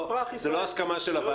זו לא הסכמה של הוועדה...